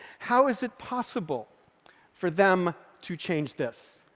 how is it possible for them to change this?